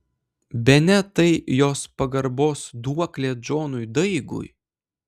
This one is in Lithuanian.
bene tai jos pagarbos duoklė džonui daigui